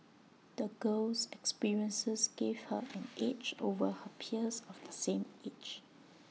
the girl's experiences gave her an edge over her peers of the same age